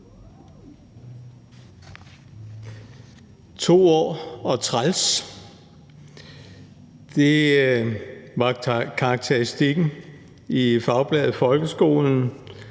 2 år og træls – det var karakteristikken i Fagbladet Folkeskolen,